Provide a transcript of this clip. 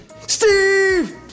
Steve